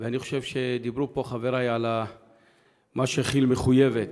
ואני חושב שדיברו פה חברי על מה שכי"ל מחויבת